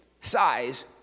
size